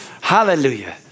Hallelujah